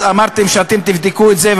אז אמרתם שאתם תבדקו את זה,